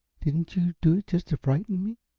didn't you do it just to frighten me?